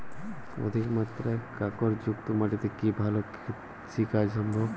অধিকমাত্রায় কাঁকরযুক্ত মাটিতে কি ভালো কৃষিকাজ সম্ভব?